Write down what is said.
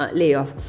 layoff